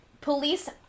police